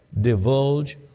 divulge